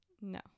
No